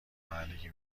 رانندگی